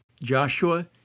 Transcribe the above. joshua